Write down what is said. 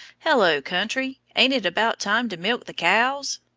hello, country, ain't it about time to milk the caows?